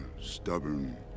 stubborn